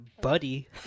buddy